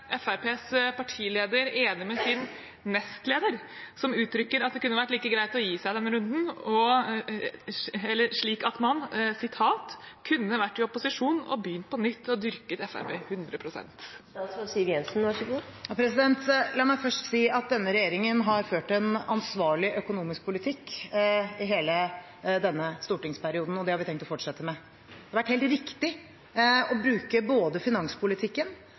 Fremskrittspartiets partileder enig med sin nestleder, som uttrykker at det kunne vært like greit å gi seg i denne runden, slik at man kunne «vært i opposisjon, og begynt på nytt og dyrket Frp 100 prosent»? La meg først si at denne regjeringen har ført en ansvarlig økonomisk politikk i hele denne stortingsperioden, og det har vi tenkt å fortsette med. Det har vært helt riktig å bruke finanspolitikken,